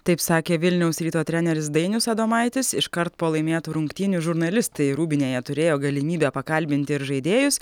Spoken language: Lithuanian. taip sakė vilniaus ryto treneris dainius adomaitis iškart po laimėtų rungtynių žurnalistai rūbinėje turėjo galimybę pakalbinti ir žaidėjus